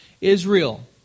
Israel